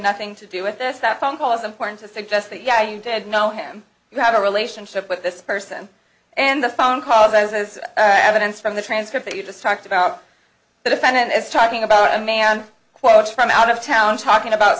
nothing to do with this that phone call is important to suggest that yeah you did know him you have a relationship with this person and the phone calls as evidence from the transcript that you just talked about the defendant is talking about i'm am quotes from out of town talking about